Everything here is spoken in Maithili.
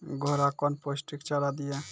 घोड़ा कौन पोस्टिक चारा दिए?